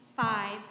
five